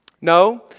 No